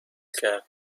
کرد